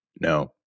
No